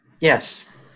Yes